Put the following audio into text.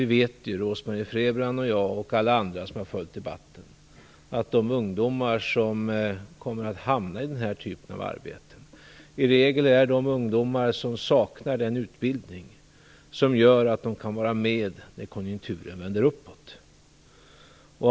Vi vet ju, Rose-Marie Frebran och jag liksom alla andra som har följt debatten, att de ungdomar som kommer att hamna i den här typen av arbeten i regel är de som saknar den utbildning som gör att de kan vara med när konjunkturen vänder uppåt.